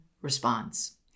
response